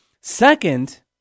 Second